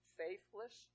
faithless